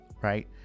right